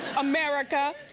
america.